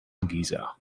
giza